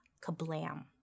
kablam